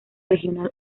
regional